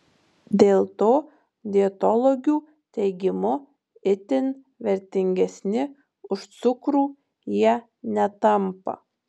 dėl to dietologių teigimu itin vertingesni už cukrų jie netampa